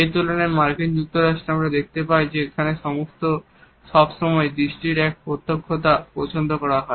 এর তুলনায় মার্কিন যুক্তরাষ্ট্রে আমরা দেখতে পাই যে সেখানে সব সময় দৃষ্টির এক প্রত্যক্ষতাকে পছন্দ করা হয়